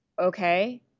okay